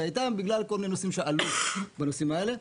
איתם בגלל כל מיני נושאים שעלו בנושאים האלה,